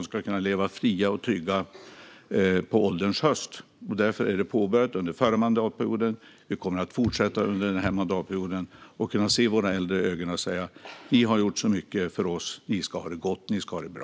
De ska kunna leva fria och trygga på ålderns höst. Under förra mandatperioden påbörjades därför arbetet med detta. Vi kommer att fortsätta under denna mandatperiod för att kunna se våra äldre i ögonen och säga: Ni har gjort så mycket för oss. Ni ska ha det gott. Ni ska ha det bra.